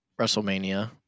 WrestleMania